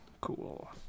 cool